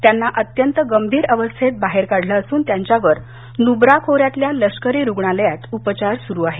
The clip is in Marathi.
त्यांना अत्यंत गंभीर अवस्थेत बाहेर काढलं असून त्यांच्यावर नुब्रा खोर्यातल्या लष्करी रुग्णालयात उपचार सूरू आहेत